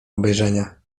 obejrzenia